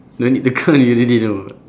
don't need to count you already know